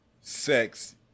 sex